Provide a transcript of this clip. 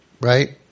right